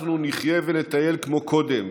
אנחנו נחיה ונטייל כמו קודם,